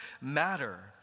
matter